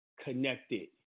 connected